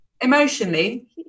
Emotionally